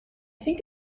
think